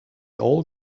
all